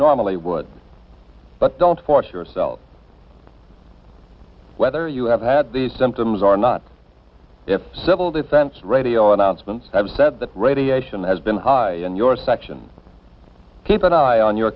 normally would but don't force yourself whether you have had these symptoms are not civil defense radio announcements have said that radiation has been high in your section keep an eye on your